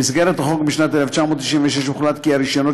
במסגרת החוק משנת 1996 הוחלט כי הרישיונות